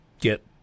get